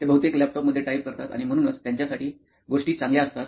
ते बहुतेक लॅपटॉप मध्ये टाइप करतात आणि म्हणूनच त्यांच्यासाठी गोष्टी चांगल्या असतात